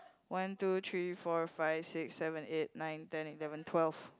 one two three four five six seven eight nine ten eleven twelve